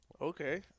Okay